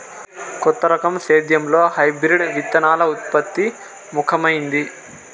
కొత్త రకం సేద్యంలో హైబ్రిడ్ విత్తనాల ఉత్పత్తి ముఖమైంది